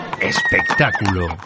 Espectáculo